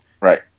Right